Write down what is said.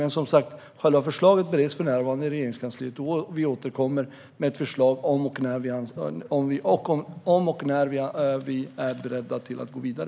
Men själva förslaget bereds för närvarande i Regeringskansliet, och regeringen återkommer med förslag om och när vi är beredda att gå vidare.